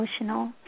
emotional